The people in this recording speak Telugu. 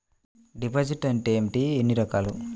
డిపాజిట్ అంటే ఏమిటీ ఎన్ని రకాలు?